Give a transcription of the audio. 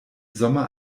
sommer